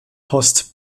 post